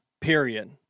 period